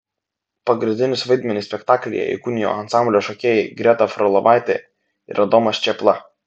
pagrindinius vaidmenis spektaklyje įkūnijo ansamblio šokėjai greta frolovaitė ir adomas čėpla